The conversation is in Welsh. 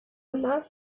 yna